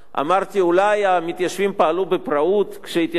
אמרתי: אולי המתיישבים פעלו בפראות כשהתיישבו